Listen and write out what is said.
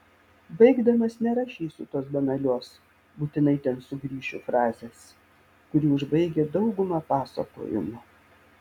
baigdamas nerašysiu tos banalios būtinai ten sugrįšiu frazės kuri užbaigia daugumą pasakojimų